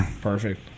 Perfect